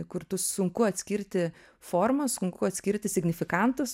kur tu sunku atskirti formą sunku atskirti signifikantus